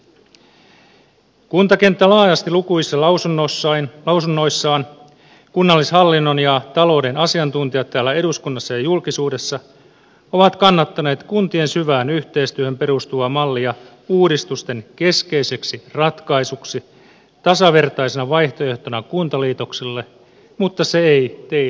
kuntakenttä laajasti lukuisissa lausunnoissaan kunnallishallinnon ja talouden asiantuntijat täällä eduskunnassa ja julkisuudessa ovat kannattaneet kuntien syvään yhteistyöhön perustuvaa mallia uudistusten keskeiseksi ratkaisuksi tasavertaisena vaihtoehtona kuntaliitoksille mutta se ei teille käy